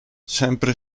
sempre